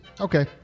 Okay